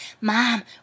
mom